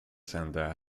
center